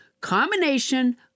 combination